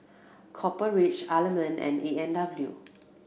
Copper Ridge Element and A and W